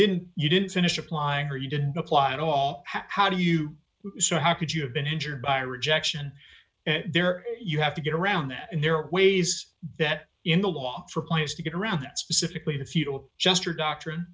didn't you didn't finish applying or you didn't apply at all how do you know how could you have been injured by rejection and there you have to get around that and there are ways that in the law for players to get around that specifically the futile juster doctrine